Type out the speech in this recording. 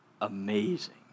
amazing